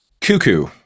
Cuckoo